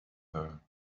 her